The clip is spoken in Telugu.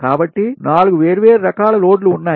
కాబట్టి 4 వేర్వేరు రకాల లోడ్లు ఉన్నాయి